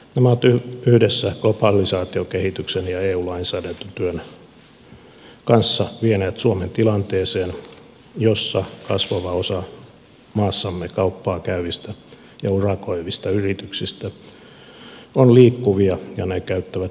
nämä ovat yhdessä globalisaatiokehityksen ja eu lainsäädäntötyön kanssa vieneet suomen tilanteeseen jossa kasvava osa maassamme kauppaa käyvistä ja urakoivista yrityksistä on liikkuvia ja käyttää liikkuvaa työvoimaa